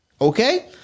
okay